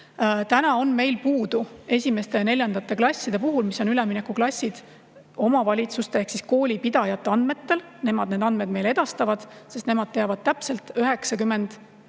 Täna on meil puudu esimeste ja neljandate klasside puhul, mis on üleminekuklassid, omavalitsuste ehk siis koolipidajate andmetel – nemad need andmed meile edastavad, sest nemad teavad täpselt –